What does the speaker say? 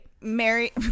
Mary